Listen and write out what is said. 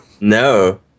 No